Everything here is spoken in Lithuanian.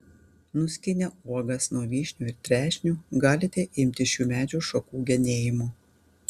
nuskynę uogas nuo vyšnių ir trešnių galite imtis šių medžių šakų genėjimo